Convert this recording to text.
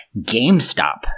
GameStop